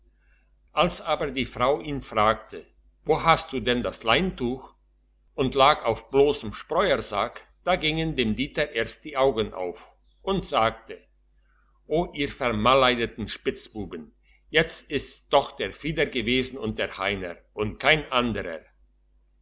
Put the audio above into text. als aber die frau ihn fragte wo hast du denn das leintuch und lag auf dem blossen spreuersack da gingen dem dieter erst die augen auf und sagte o ihr vermaledeiten spitzbuben jetzt ist's doch der frieder gewesen und der heiner und kein anderer